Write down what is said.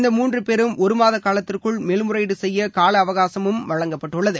இந்த மூன்று பேரும் ஒருமாத காலத்திற்குள் மேல்முறையீடு செய்ய கால அவகாசமும் வழங்கப்பட்டுள்ளது